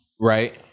Right